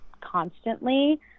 constantly